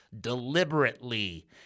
deliberately